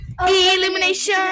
elimination